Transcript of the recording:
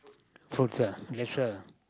fruits ah that's a